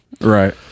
Right